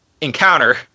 Encounter